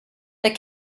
they